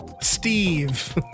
Steve